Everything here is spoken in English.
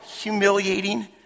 humiliating